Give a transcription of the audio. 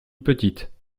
petite